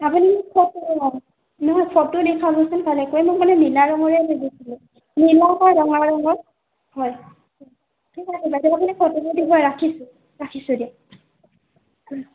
আপুনি ফটো নহয় ফটো দেখুৱাবচোন মোক মানে নীলা ৰঙৰে লাগিছিলে নীলা বা ৰঙা ৰঙৰ হয় ঠিক আছে আপুনি ফটোবোৰ দিব ৰাখিছোঁ ৰাখিছোঁ দিয়ক অ